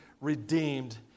redeemed